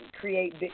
create